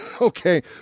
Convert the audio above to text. Okay